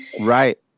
Right